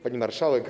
Pani Marszałek!